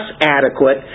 adequate